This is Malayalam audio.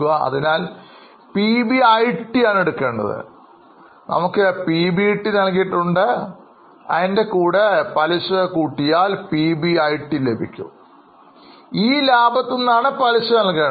അതിനാൽ നമുക്ക് PBIT കണക്കാക്കാം നമുക്ക് PBT നൽകിയിട്ടുണ്ട് അതിൻറെകൂടെ പലിശ കൂട്ടിയാൽ PBIT ലഭിക്കും ഈ ലാഭത്തിൽ നിന്നുമാണ് പലിശ നൽകേണ്ടത്